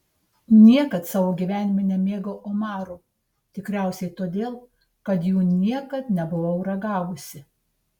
niekad savo gyvenime nemėgau omarų tikriausiai todėl kad jų niekad nebuvau ragavusi